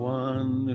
one